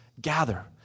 gather